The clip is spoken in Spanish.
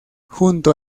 junto